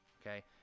okay